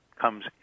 comes